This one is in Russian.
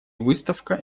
выставка